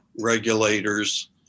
regulators